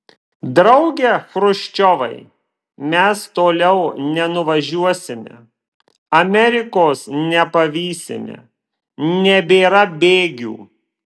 drauge chruščiovai mes toliau nenuvažiuosime amerikos nepavysime nebėra bėgių